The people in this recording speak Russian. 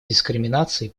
дискриминацией